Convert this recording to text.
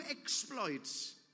exploits